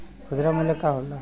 खुदरा मूल्य का होला?